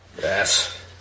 Yes